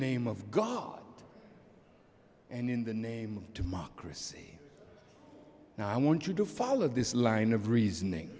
name of god and in the name of democracy and i want you to follow this line of reasoning